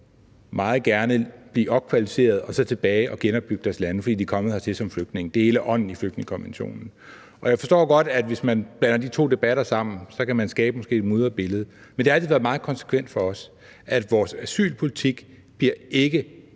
meget gerne blive opkvalificeret og så tilbage og genopbygge deres lande, fordi de er kommet hertil som flygtninge. Det er hele ånden i flygtningekonventionen. Jeg forstår godt, at hvis man blander de to debatter sammen, kan man skabe et mudret billede, men det har altid været meget konsekvent for os, at vores asylpolitik ikke bliver